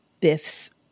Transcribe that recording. Biff's